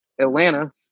Atlanta